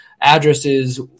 addresses